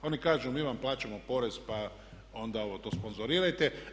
Oni kažu mi vam plaćamo porez pa onda to sponzorirajte.